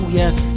yes